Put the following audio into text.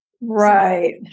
Right